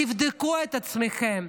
תבדקו את עצמכם.